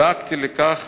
דאגתי לכך